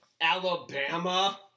Alabama